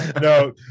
No